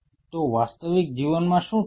તો વાસ્તવિક જીવનમાં શું થશે